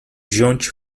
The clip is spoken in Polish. wziąć